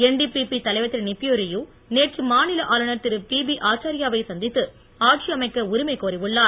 NDPP தலைவர் திரு நிபியு ரியு நேற்று மா நில ஆளுநர் திரு பி பி ஆச்சாரியாவை சந்தித்து ஆட்சி அமைக்க உரிமை கோரி உள்ளார்